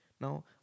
Now